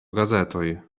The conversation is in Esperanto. gazetoj